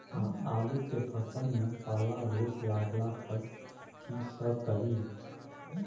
आलू के फसल मे पाला रोग लागला पर कीशकरि?